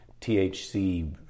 THC